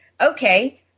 okay